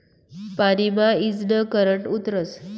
पानी मा ईजनं करंट उतरस